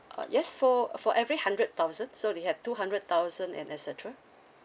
uh yes for for every hundred thousand so they have two hundred thousand and et cetera